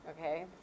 Okay